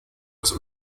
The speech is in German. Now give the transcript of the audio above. des